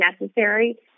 necessary